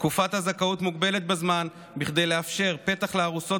תקופת הזכאות מוגבלת בזמן כדי לאפשר פתח לארוסות